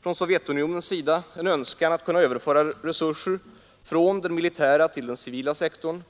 Från Sovjetunionens sida är det en önskan att kunna överföra resurser från den militära till den civila sektorn